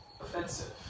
offensive